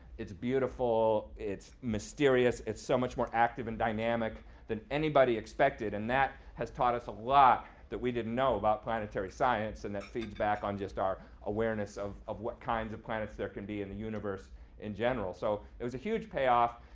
it's beautiful, it's mysterious. it's so much more active and dynamic than anybody expected. and that has taught us a lot that we didn't know about planetary science. and it feeds back on just our awareness of of what kinds of planets there can be in the universe in general. so it was a huge payoff.